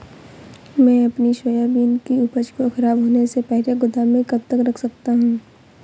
मैं अपनी सोयाबीन की उपज को ख़राब होने से पहले गोदाम में कब तक रख सकता हूँ?